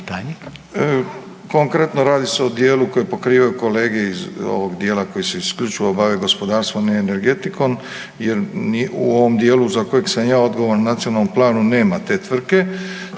Konkretno radi se o dijelu koji pokrivaju kolege iz ovog dijela koji se isključivo bave gospodarstvom i energetikom jer u ovom dijelu za kojeg sam ja odgovoran u nacionalnom planu nema te tvrtke,